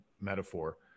metaphor